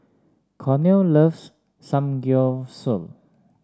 Cornel loves Samgyeopsal